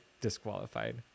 disqualified